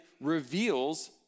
reveals